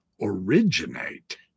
originate